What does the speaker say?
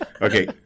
Okay